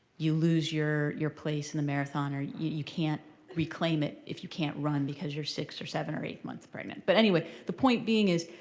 you lose your your place in the marathon or you can't reclaim it if you can't run because you're six, or seven, or eight months pregnant. but anyway, the point being is